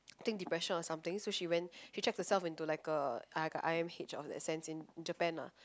think depression or something so she went she checked herself into like a like a I_M_H of that sense in Japan ah